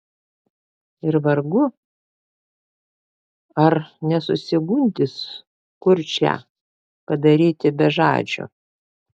ir vargu ar nesusigundys kurčią padaryti bežadžiu